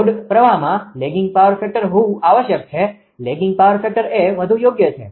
load પ્રવાહમાં lagging power factor હોવું આવશ્યક છે લેગિંગ પાવર ફેક્ટર એ વધુ યોગ્ય છે